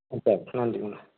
ம் சரி நன்றிங்கண்ணா